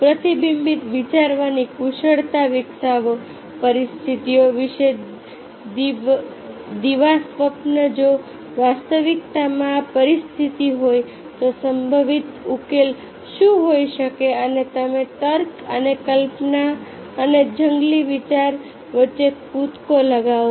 પ્રતિબિંબિત વિચારવાની કુશળતા વિકસાવો પરિસ્થિતિઓ વિશે દિવાસ્વપ્ન જો વાસ્તવિકતામાં આ પરિસ્થિતિ હોય તો સંભવિત ઉકેલ શું હોઈ શકે અને તમે તર્ક અને કલ્પના અને જંગલી વિચાર વચ્ચે કૂદકો લગાવો